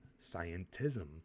scientism